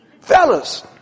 Fellas